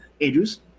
Andrews